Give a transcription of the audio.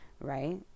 Right